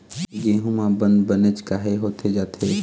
गेहूं म बंद बनेच काहे होथे जाथे?